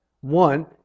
One